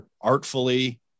artfully